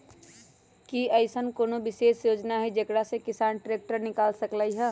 कि अईसन कोनो विशेष योजना हई जेकरा से किसान ट्रैक्टर निकाल सकलई ह?